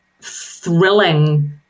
thrilling